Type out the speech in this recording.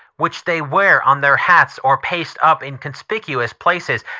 which they wear on their hats or paste up in conspicuous places,